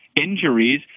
injuries